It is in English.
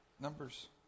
Numbers